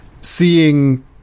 seeing